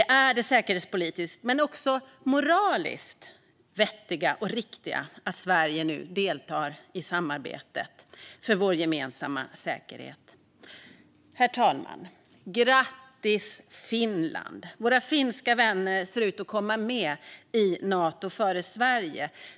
Det är säkerhetspolitiskt men också moraliskt vettigt och riktigt att Sverige nu deltar i samarbetet för vår gemensamma säkerhet. Herr talman! Grattis, Finland! Våra finska vänner ser ut att komma med i Nato före Sverige.